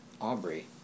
Aubrey